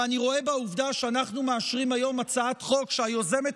ואני רואה בעובדה שאנחנו מאשרים היום הצעת חוק שהיוזמת